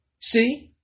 See